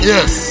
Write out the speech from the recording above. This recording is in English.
Yes